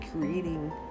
creating